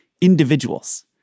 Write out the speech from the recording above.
individuals